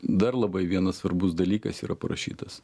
dar labai vienas svarbus dalykas yra parašytas